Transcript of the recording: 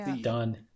done